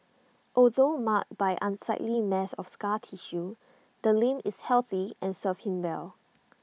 although marred by unsightly mass of scar tissue the limb is healthy and serves him well